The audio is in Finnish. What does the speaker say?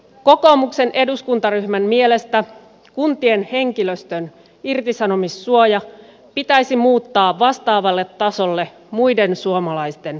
kokoomuksen eduskuntaryhmän mielestä kuntien henkilöstön irtisanomissuoja pitäisi muuttaa vastaavalle tasolle muiden suomalaisten muutosturvan kanssa